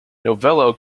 novello